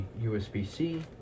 USB-C